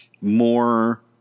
more